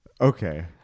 Okay